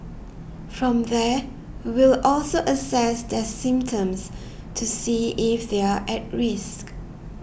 from there we'll also assess their symptoms to see if they're at risk